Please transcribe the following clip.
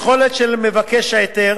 היכולת של מבקש ההיתר